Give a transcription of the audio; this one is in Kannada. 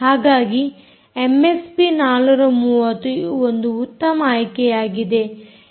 ಹಾಗಾಗಿ ಎಮ್ಎಸ್ಪಿ 430 ಒಂದು ಉತ್ತಮ ಆಯ್ಕೆಯಾಗಿದೆ